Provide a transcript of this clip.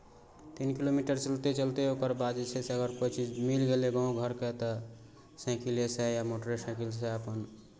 तीन किलोमीटर चलते चलते ओकर बाद जे छै से अगर कोइ चीज मिल गेलै गाँव घरके तऽ साइकिलेसँ या मोटरेसाइकिलसँ अपन